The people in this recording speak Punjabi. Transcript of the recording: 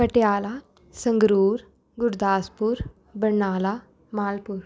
ਪਟਿਆਲਾ ਸੰਗਰੂਰ ਗੁਰਦਾਸਪੁਰ ਬਰਨਾਲਾ ਮਾਲਪੁਰ